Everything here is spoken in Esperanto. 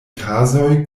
kazoj